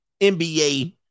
NBA